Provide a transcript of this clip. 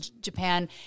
Japan